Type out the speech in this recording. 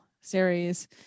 series